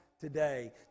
today